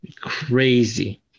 crazy